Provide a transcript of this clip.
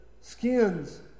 skins